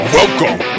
Welcome